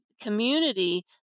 community